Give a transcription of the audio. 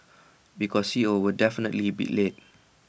because C O will definitely be late